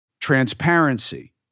transparency